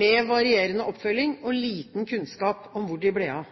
med varierende oppfølging og liten kunnskap om hvor de ble av.